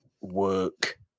work